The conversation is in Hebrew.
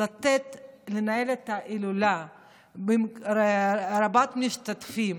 לתת לנהל את ההילולה רבת המשתתפים